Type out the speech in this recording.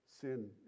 sin